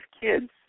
kids